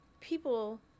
people